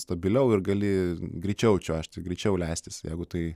stabiliau ir gali greičiau čiuožti greičiau leistis jeigu tai